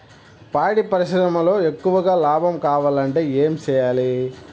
పాడి పరిశ్రమలో ఎక్కువగా లాభం కావాలంటే ఏం చేయాలి?